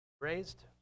raised